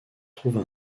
trouve